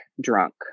drunk